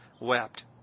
wept